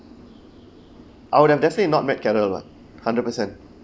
I would have definitely not met carol lah hundred percent